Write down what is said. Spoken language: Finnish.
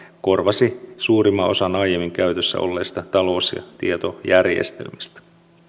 korvasi suurimman osan aiemmin käytössä olleista talous ja tietojärjestelmistä